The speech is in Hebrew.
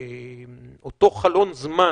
שאותו חלון זמן